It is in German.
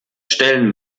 stellen